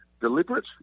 deliberate